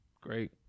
great